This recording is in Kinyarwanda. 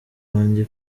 wanjye